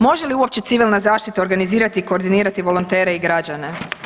Može li uopće civilna zaštita organizirati i koordinirati volontere i građane?